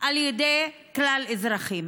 על ידי כלל האזרחים.